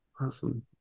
awesome